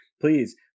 please